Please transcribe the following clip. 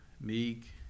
meek